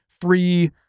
free